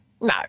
No